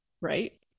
right